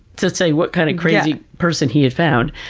to say what kind of crazy person he had found.